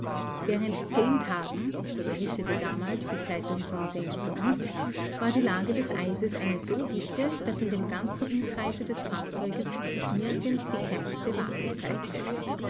während zehn tagen so berichtete damals die zeitung von st johns war die lage des eises eine so dichte daß in dem ganzen umkreise des fahrzeugs sich nirgends die kleinste wake zeigte